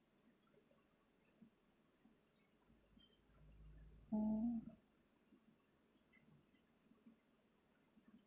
mm